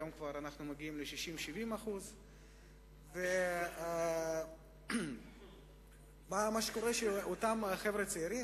היום אנו מגיעים ל-60% 70%. מה שקורה הוא שאותם חבר'ה צעירים,